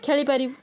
ଖେଳି ପାରିବୁ